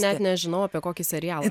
net nežinau apie kokį serialą